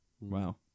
Wow